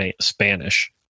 Spanish